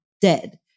dead